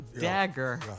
Dagger